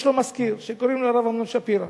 יש לו מזכיר שקוראים לו הרב עמרם שפירא.